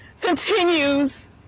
continues